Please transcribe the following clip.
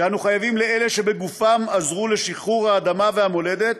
שאנו חייבים לאלה שבגופם עזרו לשחרור האדמה והמולדת,